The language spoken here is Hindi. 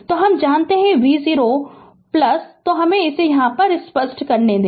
तो हम जानते हैं v0 तो हमे इसे स्पष्ट करने दें